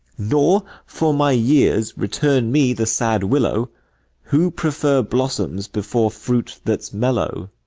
nor for my years return me the sad willow who prefer blossoms before fruit that s mellow?